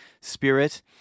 spirit